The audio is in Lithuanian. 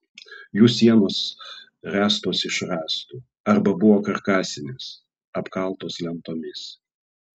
jų sienos ręstos iš rąstų arba buvo karkasinės apkaltos lentomis